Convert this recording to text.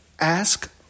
Ask